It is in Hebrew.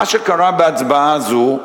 מה שקרה בהצבעה זו,